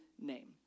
name